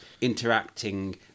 interacting